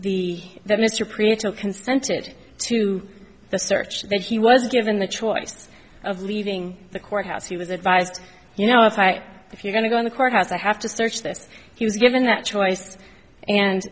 the that mr preacher consented to the search that he was given the choice of leaving the courthouse he was advised you know if i if you're going to go in the courthouse i have to search this he was given that choice and